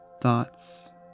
thoughts